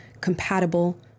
compatible